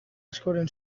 askoren